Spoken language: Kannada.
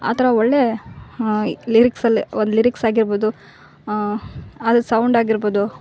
ಆ ಥರ ಒಳ್ಳೇ ಈ ಲಿರಿಕ್ಸ್ಲ್ಲಿ ಒನ್ ಲಿರಿಕ್ಸ್ ಆಗಿರ್ಬೌದು ಅದರ ಸೌಂಡ್ ಆಗಿರ್ಬೌದು